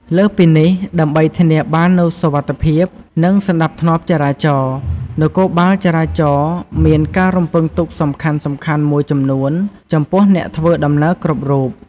លើសពីនេះ ដើម្បីធានាបាននូវសុវត្ថិភាព និងសណ្តាប់ធ្នាប់ចរាចរណ៍ នគរបាលចរាចរណ៍មានការរំពឹងទុកសំខាន់ៗមួយចំនួនចំពោះអ្នកធ្វើដំណើរគ្រប់រូប។